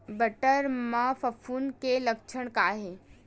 बटर म फफूंद के लक्षण का हे?